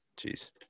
Jeez